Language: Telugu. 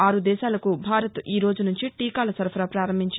ఆరు దేశాలకు భారత్ ఈరోజు నుంచి టీకాల సరఫరా పారంభించింది